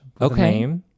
Okay